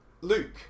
Luke